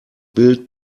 bild